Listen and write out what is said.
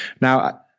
now